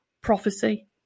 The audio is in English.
prophecy